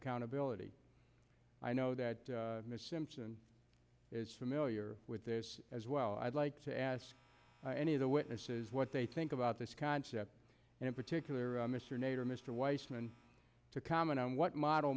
accountability i know that ms simpson is familiar with this as well i'd like to ask any of the witnesses what they think about this concept and in particular mr nader mr weissman to comment on what model